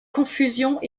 confusions